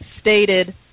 stated